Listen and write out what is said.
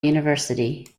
university